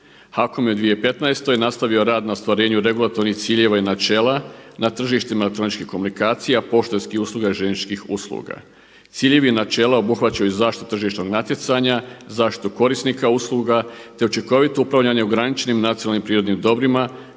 je u 2015. nastavio rad na ostvarenju regulatornih ciljeva i načela na tržištima elektroničkih komunikacija, poštanskih usluga i željezničkih usluga. Ciljevi i načela obuhvaćaju zaštitu tržišnog natjecanja, zaštitu korisnika usluga, te učinkovito upravljanje u ograničenim nacionalnim prirodnim dobrima